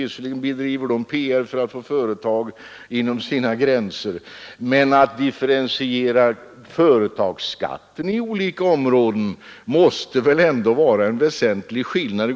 Visserligen bedriver de PR för att få företag lokaliserade inom sina gränser, men att differentiera företagsskatten i olika områden måste ändå vara en väsentlig skillnad.